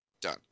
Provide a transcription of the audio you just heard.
Done